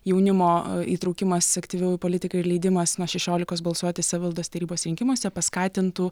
jaunimo įtraukimas aktyviau į politiką ir leidimas nuo šešiolikos balsuoti savivaldos tarybos rinkimuose paskatintų